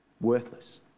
worthless